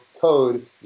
code